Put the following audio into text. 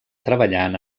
treballant